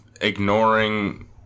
ignoring